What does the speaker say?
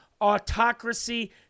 autocracy